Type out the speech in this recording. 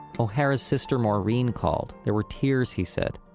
o'hara's sister maureen, called. there were tears, he said,